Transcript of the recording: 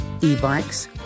E-bikes